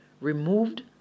removed